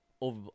over